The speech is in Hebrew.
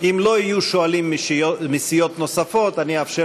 אם לא יהיו שואלים מסיעות נוספות אני אאפשר